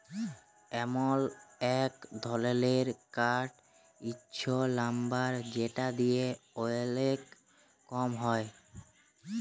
এমল এক ধরলের কাঠ হচ্যে লাম্বার যেটা দিয়ে ওলেক কম হ্যয়